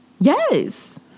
Yes